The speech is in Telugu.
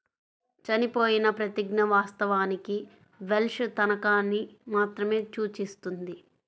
చనిపోయిన ప్రతిజ్ఞ, వాస్తవానికి వెల్ష్ తనఖాని మాత్రమే సూచిస్తుంది